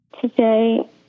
Today